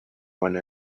one